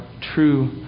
true